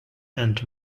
and